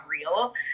real